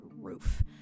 roof